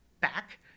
back